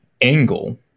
angle